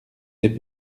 des